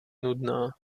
nudná